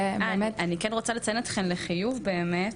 --- אני כן רוצה לציין אתכן לחיוב באמת,